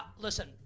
Listen